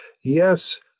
yes